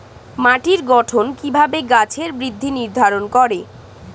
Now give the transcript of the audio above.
মাটির গঠন কিভাবে গাছের বৃদ্ধি নির্ধারণ করে?